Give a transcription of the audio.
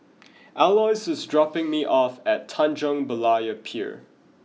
Aloys is dropping me off at Tanjong Berlayer Pier